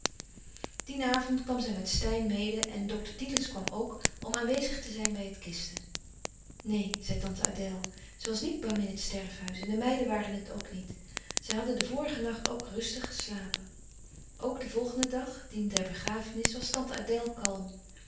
dien avond kwam zij met steyn mede en dokter thielens kwam ook om aanwezig te zijn bij het kisten neen zei tante adèle ze was niet bang in het sterfhuis en de meiden waren het ook niet zij hadden den vorigen nacht ook rustig geslapen ook den volgenden dag dien der begrafenis was